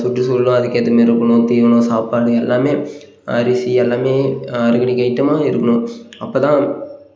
சுற்றுசூழலும் அதுக்கேற்ற மாரி இருக்கணும் தீவனம் சாப்பாடு எல்லாமே அரிசி எல்லாமே ஆர்கானிக் ஐட்டமாக இருக்கணும் அப்போ தான்